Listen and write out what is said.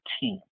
team